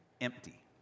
empty